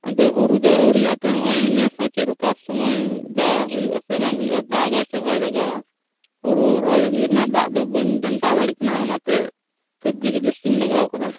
ᱟᱫᱚ ᱦᱩᱲᱩ ᱫᱚ ᱟᱹᱣᱨᱤᱭᱟᱜᱼᱟ ᱮᱱᱛᱮᱫ ᱦᱚᱸᱜᱼᱚᱭ ᱱᱮᱥ ᱪᱮᱫ ᱞᱮᱠᱟ ᱥᱚᱢᱳᱭᱮᱫᱟ ᱦᱩᱭᱩᱜᱼᱟ ᱥᱮ ᱵᱟᱝ ᱦᱩᱭᱩᱜᱼᱟ ᱫᱟᱜᱟᱭ ᱥᱮ ᱵᱟᱭ ᱫᱟᱜᱟ ᱦᱩᱲᱩ ᱦᱟᱹᱵᱤᱡ ᱫᱟᱜ ᱫᱚ ᱵᱟᱹᱧ ᱟᱱᱴᱟᱣ ᱫᱟᱲᱮᱭᱟᱜ ᱠᱟᱱᱟ ᱚᱱᱟᱛᱮ ᱥᱚᱵᱽᱡᱤ ᱜᱮ ᱡᱟᱹᱥᱛᱤᱧ ᱞᱟᱜᱟᱣ ᱟᱠᱟᱫᱟ